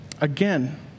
Again